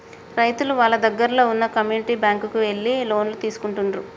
రైతులు వాళ్ళ దగ్గరల్లో వున్న కమ్యూనిటీ బ్యాంక్ కు ఎళ్లి లోన్లు తీసుకుంటుండ్రు